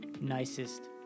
nicest